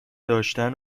داشتن